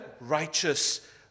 righteous